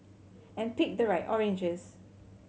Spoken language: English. and pick the right oranges